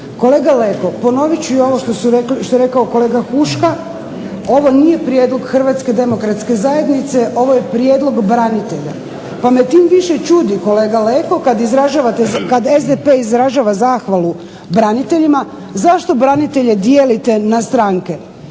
Kolega Leko, ponovit ću i ovo što je rekao kolega Huška, ovo nije prijedlog Hrvatske demokratske zajednice ovo je prijedlog branitelja, pa me tim više čudi kolega Leko kad SDP izražava zahvalu braniteljima, zašto branitelje dijelite na stranke.